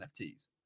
NFTs